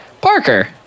Parker